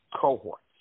cohorts